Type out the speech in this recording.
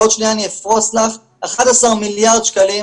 ועוד שנייה אני אפרוס לך 11 מיליארד שקלים,